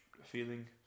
feeling